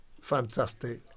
Fantastic